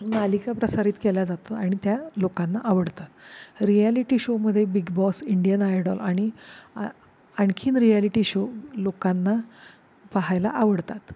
मालिका प्रसारित केल्या जातात आणि त्या लोकांना आवडतात रियालिटी शोमध्ये बिग बॉस इंडियन आयडॉल आणि आ आणखी रियालिटी शो लोकांना पाहायला आवडतात